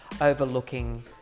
overlooking